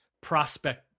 prospect